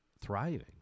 thriving